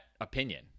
opinion